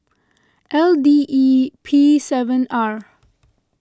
L D E P seven R